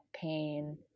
pain